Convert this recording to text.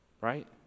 Right